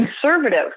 conservative